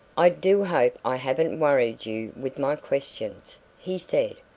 i do hope i haven't worried you with my questions, he said,